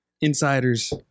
Insiders